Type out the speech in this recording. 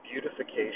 beautification